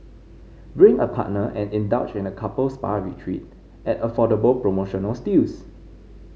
bring a partner and indulge in a couple spa retreat at affordable promotional steals